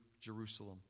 Jerusalem